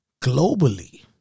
globally